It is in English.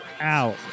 out